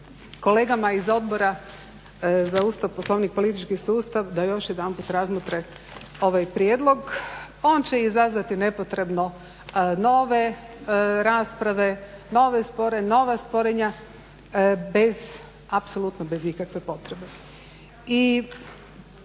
kolegama iz Odbora za Ustav, Poslovnik i politički sustav da još jedanput razmotre ovaj prijedlog. On će izazvati nepotrebno nove rasprave, nova sporenja apsolutno bez ikakve potrebe.